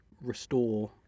restore